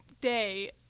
Day